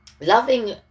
loving